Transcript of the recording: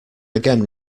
again